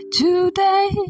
today